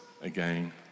again